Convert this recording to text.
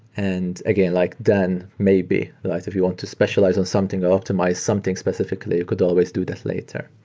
and again, like then maybe. if you want to specialize on something or optimize something specifically, you could always do that later